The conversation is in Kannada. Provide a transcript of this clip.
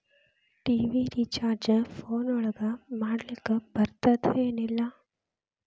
ಟಿ.ವಿ ರಿಚಾರ್ಜ್ ಫೋನ್ ಒಳಗ ಮಾಡ್ಲಿಕ್ ಬರ್ತಾದ ಏನ್ ಇಲ್ಲ?